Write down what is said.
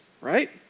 right